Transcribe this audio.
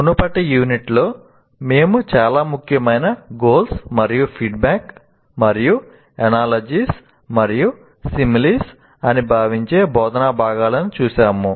మునుపటి యూనిట్లో మేము చాలా ముఖ్యమైన 'గోల్స్ ' అని భావించిన బోధనా భాగాలను చూశాము